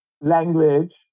language